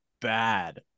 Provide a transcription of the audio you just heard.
bad